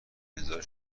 نزاعی